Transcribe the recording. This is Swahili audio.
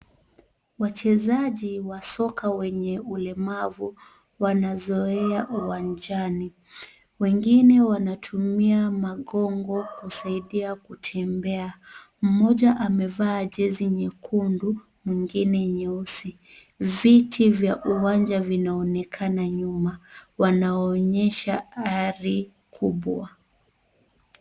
Wachezaji wa soka wenye ulemavu wanazoea uwanjani. Wengine wanatumia magongo kusaidia kutembea. Mmoja amevaa jesi nyekundu, mwingine nyeusi. Viti vya uwanja vinaonekana nyuma. Wanaonyesha hari kubwa.